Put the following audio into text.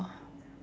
oh